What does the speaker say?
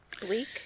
Bleak